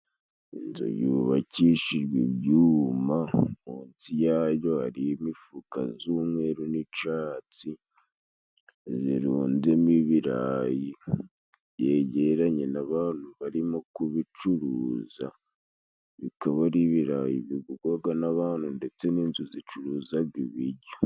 Inzu yubakishijwe ibyuma munsi yayo, hari imifuka z'umweru n'icatsi zirunzemo imibirayi. Yegeranye n' abantu barimo kubicuruza, bikaba ari ibirayi bi gugwaga n'abantu ndetse n'inzu zicuruzaga ibiryo.